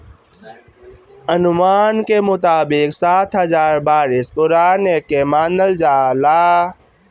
अनुमान के मुताबिक सात हजार बरिस पुरान एके मानल जाला